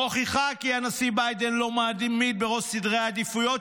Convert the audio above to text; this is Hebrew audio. מוכיחה כי הוא לא מעמיד בראש סדרי העדיפויות